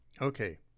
Okay